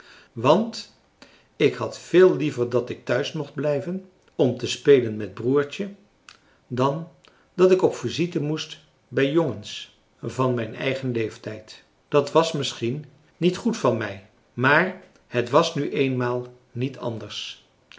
want ik had veel liever dat ik thuis mocht blijven om te spelen met broertje dan dat ik op visite moest bij jongens van mijn eigen leeftijd dat was misschien niet goed van mij maar het was nu eenmaal niet anders